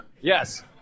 Yes